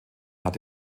hat